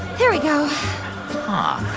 there we go huh.